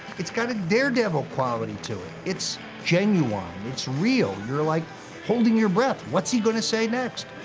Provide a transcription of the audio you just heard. it's got a daredevil quality to it. it's genuine, it's real. you're like holding your breath. what's he going to say next?